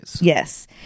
yes